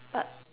but